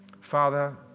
Father